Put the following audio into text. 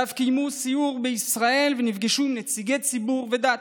ואף קיימו סיור בישראל ונפגשו עם נציגי ציבור ודת.